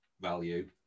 value